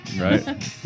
Right